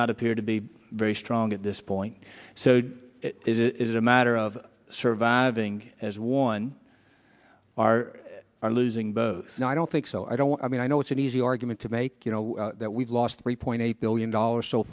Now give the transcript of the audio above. not appear to be very strong at this point so it is a matter of surviving as one are losing but i don't think so i don't i mean i know it's an easy argument to make you know that we lost three point eight billion dollars so